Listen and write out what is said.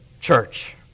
church